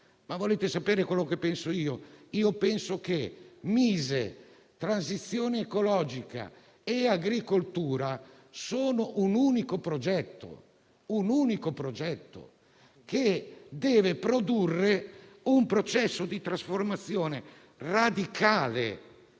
ma volete sapere quello che penso? Io penso che Mise, Transizione ecologica e Politiche agricole sono un unico progetto, che deve produrre un processo di trasformazione radicale.